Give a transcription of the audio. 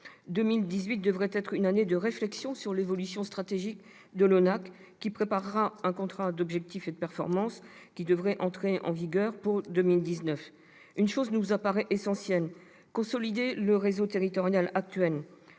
2018 devrait être une année de réflexion sur l'évolution stratégique de l'ONAC-VG qui préparera le contrat d'objectifs et de performance entrant en vigueur en 2019. Il nous paraît essentiel de consolider le réseau territorial actuel.